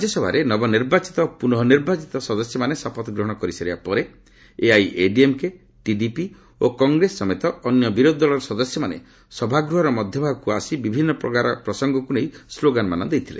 ରାଜ୍ୟସଭାରେ ନବନିର୍ବାଚିତ ଓ ପ୍ରନଃ ନିର୍ବାଚିତ ସଦସ୍ୟମାନେ ଶପଥ ଗ୍ହଣ କରିସାରିବା ପରେ ଏଆଇଏଡିଏମ୍କେ ଟିଡିପି ଓ କଂଗ୍ରେସ ସମେତ ଅନ୍ୟ ବିରୋଧୀ ଦଳସଦସ୍ୟମାନେ ସଭାଗୃହର ମଧ୍ୟଭାଗକୁ ଆସି ବିଭିନ୍ନ ପ୍ରସଙ୍ଗକୁ ନେଇ ସ୍କୋଗାନମାନ ଦେଇଥିଲେ